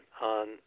on